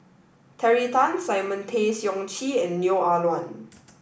Terry Tan Simon Tay Seong Chee and Neo Ah Luan